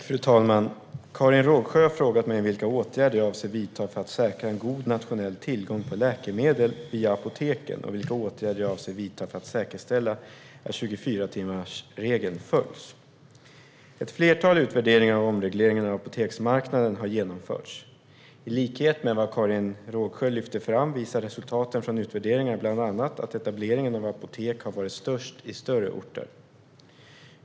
Fru talman! Karin Rågsjö har frågat mig vilka åtgärder jag avser att vidta för att säkra en god nationell tillgång på läkemedel via apoteken och vilka åtgärder jag avser att vidta för att säkerställa att 24-timmarsregeln följs. Ett flertal utvärderingar av omregleringen av apoteksmarknaden har genomförts. I likhet med vad Karin Rågsjö lyfter fram visar resultaten från utvärderingarna bland annat att etableringen av apotek har varit störst i större orter.